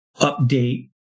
update